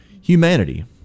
humanity